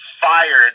fired